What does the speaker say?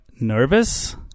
nervous